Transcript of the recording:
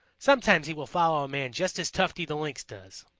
sometimes he will follow a man just as tufty the lynx does,